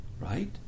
right